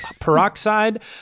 peroxide